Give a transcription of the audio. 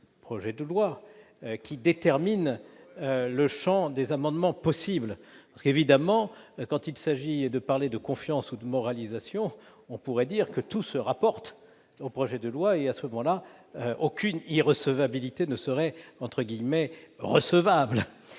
projet de loi qui détermine le champ des amendements possible. Quand il s'agit de parler de confiance ou de moralisation, on pourrait dire que tout se rapporte au projet de loi ; aucune irrecevabilité ne serait alors « recevable »,